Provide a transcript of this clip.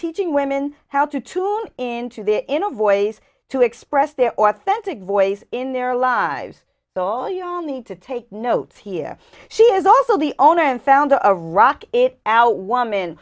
teaching women how to tune into their inner voice to express their authentic voice in their lives so all you all need to take notes here she is also the owner and founder of a rock it out